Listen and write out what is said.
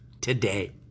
today